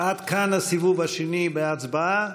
עד כאן הסיבוב השני בהצבעה.